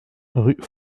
rue